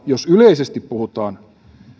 jos yleisesti puhutaan